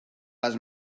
les